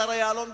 השר יעלון,